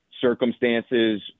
circumstances